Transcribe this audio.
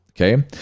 okay